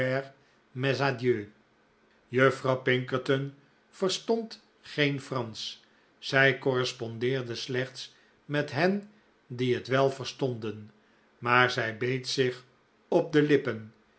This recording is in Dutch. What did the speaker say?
juffrouw pinkerton verstond geen fransch zij correspondeerde slechts met hen die het wel verstonden maar zij beet zich op de lippen